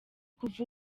kuva